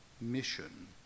mission